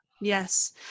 Yes